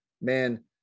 man